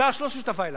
ש"ס לא שותפה לו,